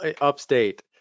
upstate